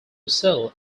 sell